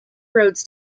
roads